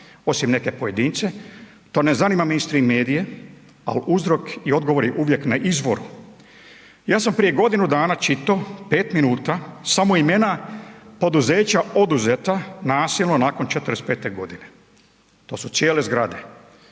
osim neke pojedince. To ne zanima mainstram medije, ali uzrok i odgovor je uvijek na izvor. Ja sam prije godinu dana čitao 5 minuta samo imena poduzeća oduzeta nasilno nakon 45. godine. To su cijele zgrade.